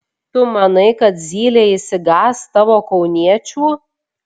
tu manai kad zylė išsigąs tavo kauniečių